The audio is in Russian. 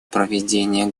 проведения